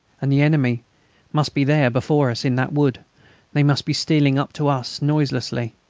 and the enemy must be there before us, in that wood they must be stealing up to us noiselessly.